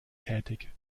tätig